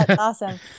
awesome